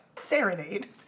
Serenade